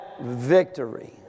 victory